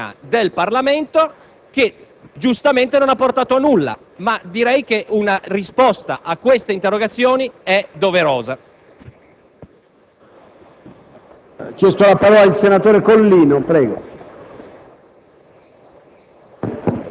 un'inchiesta sulla Commissione parlamentare di inchiesta; un attacco all'autonomia del Parlamento, che giustamente non ha portato a nulla. Ma direi che una risposta a queste interrogazioni è doverosa.